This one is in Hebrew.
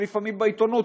ולפעמים בעיתונות,